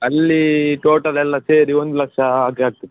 ಅಲ್ಲಿ ಟೋಟಲ್ ಎಲ್ಲ ಸೇರಿ ಒಂದು ಲಕ್ಷ ಹಾಗೆ ಆಗ್ತದೆ